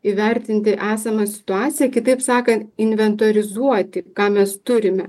įvertinti esamą situaciją kitaip sakant inventorizuoti ką mes turime